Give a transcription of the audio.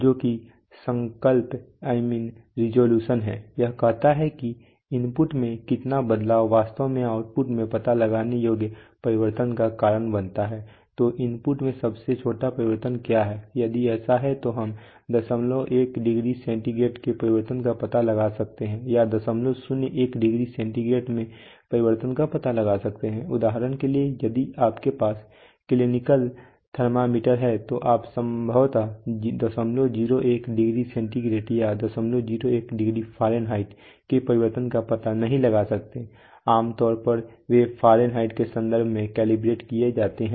जो कि संकल्प है यह कहता है कि इनपुट में कितना बदलाव वास्तव में आउटपुट में पता लगाने योग्य परिवर्तन का कारण बनता है तो इनपुट में सबसे छोटा परिवर्तन क्या है यदि ऐसा है तो हम दशमलव एक डिग्री सेंटीग्रेड के परिवर्तन का पता लगा सकते हैं या दशमलव शून्य एक डिग्री सेंटीग्रेड में परिवर्तन का पता लगाया जा सकता है उदाहरण के लिए यदि आपके पास क्लिनिकल थर्मामीटर है तो आप संभवतः 01 डिग्री सेंटीग्रेड या 01 डिग्री फ़ारेनहाइट के परिवर्तन का पता नहीं लगा सकते हैं आमतौर पर वे फ़ारेनहाइट के संदर्भ में कैलिब्रेट किए जाते हैं